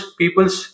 people's